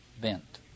bent